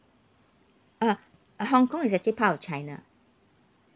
uh uh hong kong is actually part of china